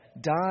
die